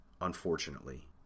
unfortunately